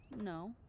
No